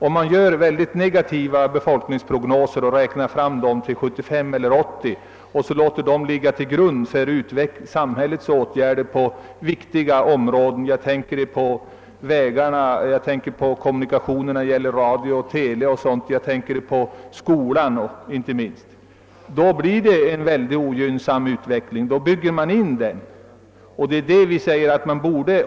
Om man gör negativa befolkningsprognoser fram till 1975 eller 1980 och låter dem ligga till grund för samhällets åtgärder på viktiga områden — jag tänker på vägarna, på kommunikationerna när det gäller radio och TV, jag tänker på skolan inte minst — då blir det en mycket ogynnsam utveckling som man bygger på.